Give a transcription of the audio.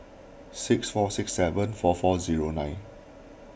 six four six seven four four zero nine